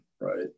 right